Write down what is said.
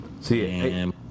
See